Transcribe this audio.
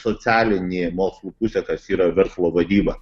socialinė mokslų pusė kas yra verslo vadyba